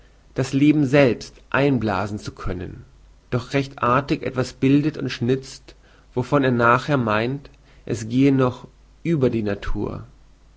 das leben selbst einblasen zu können doch recht artig etwas bildet und schnitzt wovon er nachher meint es gehe noch über die natur